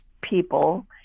people